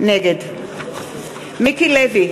נגד אורלי לוי אבקסיס, נגד מיקי לוי,